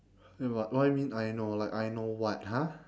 ya what what you mean I know like I know what !huh!